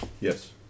Yes